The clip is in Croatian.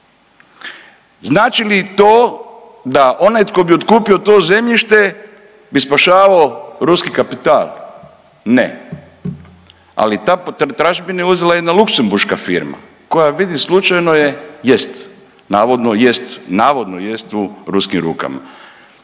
Znači li to da onaj tko bi otkupio to zemljište bi spašavao ruski kapital? Ne. Ali ta tražbina je uzela jedna luksemburška firma koja vidi slučajno je, navodno jest u ruskim rukama.